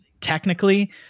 technically